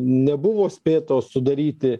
nebuvo spėtos sudaryti